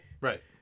right